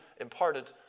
imparted